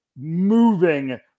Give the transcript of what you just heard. moving